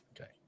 Okay